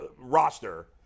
roster